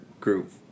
group